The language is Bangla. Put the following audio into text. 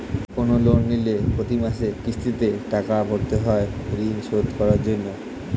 কোন লোন নিলে প্রতি মাসে কিস্তিতে টাকা ভরতে হয় ঋণ শোধ করার জন্য